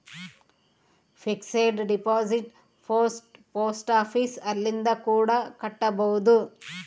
fixed deposit post office ಅಲ್ಲಿ ಕೂಡ ಕಟ್ಬೋದು